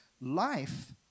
life